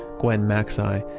gwen macsai.